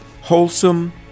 wholesome